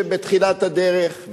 שהם בתחילת הדרך,